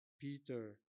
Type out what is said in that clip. Peter